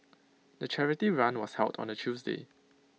the charity run was held on A Tuesday